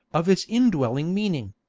of its indwelling meaning.